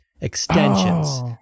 Extensions